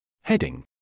Heading